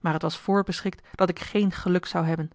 maar het was voorbeschikt dat ik geen geluk zou hebben